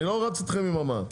אני לא רץ איתכם עם המע"מ,